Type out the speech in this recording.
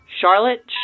Charlotte